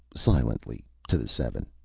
silently, to the seven.